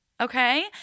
Okay